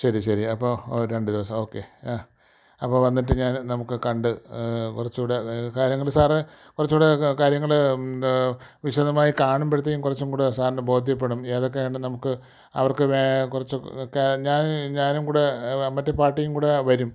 ശരി ശരി അപ്പോൾ രണ്ട് ദിവസം ഓക്കേ അപ്പോൾ വന്നിട്ട് ഞാൻ നമുക്ക് കണ്ടു കുറച്ചു കൂടെ കാര്യങ്ങൾ സാറെ കുറച്ചു കൂടെയൊക്കെ കാര്യങ്ങൾ വിശദമായി കാണുമ്പോഴത്തേക്കും കുറച്ചും കൂടെ സാറിന് ബോധ്യപ്പെടും ഏതൊക്കെ ആണ് നമുക്ക് അവർക്ക് കുറച്ചൊക്കെ ഞാൻ ഞാനും കൂടെ മറ്റേ പാർട്ടിയും കൂടെ വരും